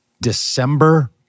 December